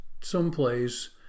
someplace